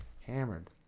Hammered